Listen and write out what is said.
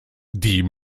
die